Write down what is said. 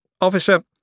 Officer